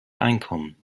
einkommen